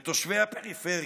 בתושבי הפריפריה,